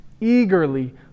eagerly